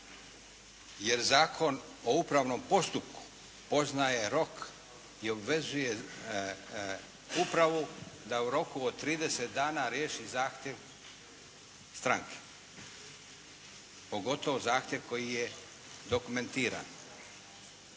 Jer Zakon o upravnom postupku poznaje rok i obvezuje upravu da u roku od 30 dana riješi zahtjev stranke, pogotovo zahtjev koji je dokumentiran.